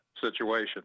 situation